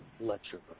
Lecture